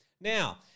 now